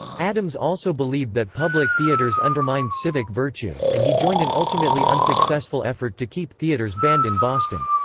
adams also believed that public theaters undermined civic virtue, and he joined an ultimately unsuccessful effort to keep theaters banned in boston.